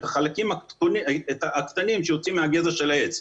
את החלקים שיוצאים מהגזע של העץ.